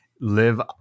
live